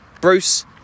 Bruce